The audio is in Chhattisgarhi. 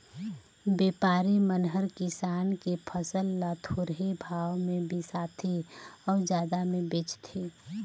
बेपारी मन हर किसान के फसल ल थोरहें भाव मे बिसाथें अउ जादा मे बेचथें